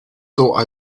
thought